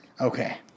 Okay